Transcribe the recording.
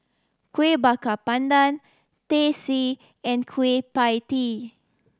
Kuih Bakar Pandan Teh C and Kueh Pie Tee